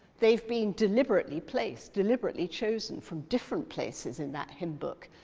they've been deliberately placed, deliberately chosen, from different places in that hymnbook,